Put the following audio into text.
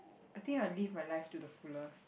I think I'll live my life to the fullest